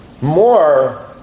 more